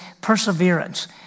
perseverance